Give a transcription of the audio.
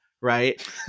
right